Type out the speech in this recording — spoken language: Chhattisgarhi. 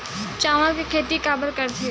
चावल के खेती काबर करथे?